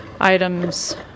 items